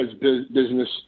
business